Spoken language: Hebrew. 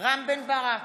רם בן ברק,